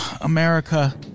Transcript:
America